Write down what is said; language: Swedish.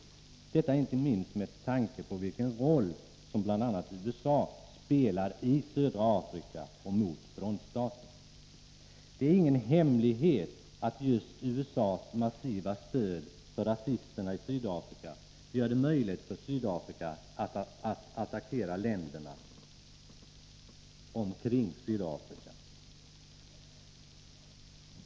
Detta gäller inte minst med tanke på vilken roll bl.a. USA spelar i södra Afrika och mot frontstaterna. Det är ingen hemlighet att just USA:s massiva stöd för rasisterna i Sydafrika gör det möjligt för Sydafrika att attackera länderna omkring Sydafrika.